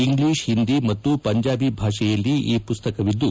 English Hindi ಮತ್ತು ಪಂಜಾಬಿ ಭಾಷೆಯಲ್ಲಿ ಈ ಪುಸ್ಗಕವಿದ್ದು